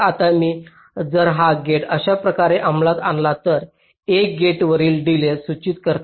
आता मी जर हा गेट अशा प्रकारे अंमलात आणला तर 1 गेटवरील डिलेज सूचित करते